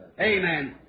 Amen